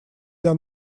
для